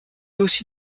aussi